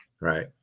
Right